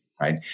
right